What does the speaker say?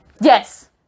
Yes